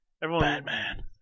Batman